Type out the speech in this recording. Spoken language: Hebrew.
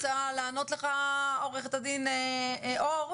רוצה לענות לך עורכת דין אור.